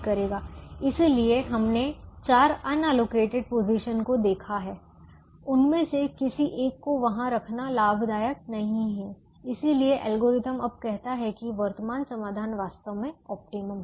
इसलिए हमने चार अनअलोकेटेड पोजीशन को देखा है उनमें से किसी एक को वहाँ रखना लाभदायक नहीं है इसलिए एल्गोरिथ्म अब कहता है कि वर्तमान समाधान वास्तव में ऑप्टिमम है